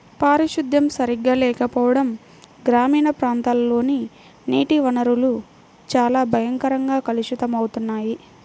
పారిశుద్ధ్యం సరిగా లేకపోవడం గ్రామీణ ప్రాంతాల్లోని నీటి వనరులు చాలా భయంకరంగా కలుషితమవుతున్నాయి